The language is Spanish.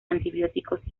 antibióticos